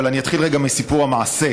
אבל אני אתחיל רגע מסיפור המעשה.